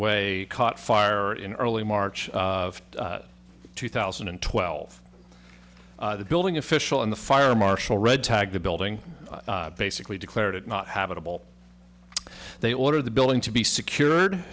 way caught fire in early march of two thousand and twelve the building official in the fire marshal red tagged the building basically declared it not habitable they ordered the building to be secured